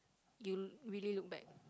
you really look back